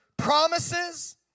promises